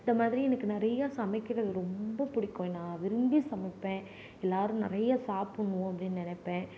இந்தமாதிரி எனக்கு நிறையா சமைக்கிறது ரொம்ப பிடிக்கும் நான் விரும்பி சமைப்பேன் எல்லாரும் நிறையா சாப்புடணும் அப்படின்னு நினப்பேன்